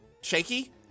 shaky